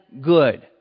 good